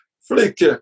flick